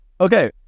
okay